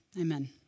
Amen